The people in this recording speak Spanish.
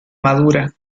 madura